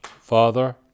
Father